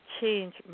change